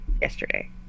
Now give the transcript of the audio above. yesterday